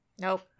Nope